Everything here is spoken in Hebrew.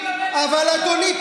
אבל אדוני,